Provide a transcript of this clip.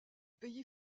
pays